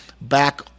back